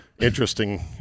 Interesting